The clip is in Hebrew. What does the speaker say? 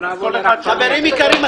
חברים יקרים,